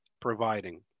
providing